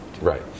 Right